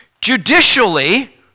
Judicially